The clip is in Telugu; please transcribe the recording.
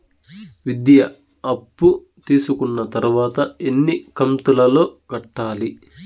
విద్య అప్పు తీసుకున్న తర్వాత ఎన్ని కంతుల లో కట్టాలి?